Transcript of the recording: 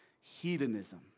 hedonism